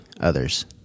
others